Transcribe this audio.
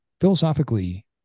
philosophically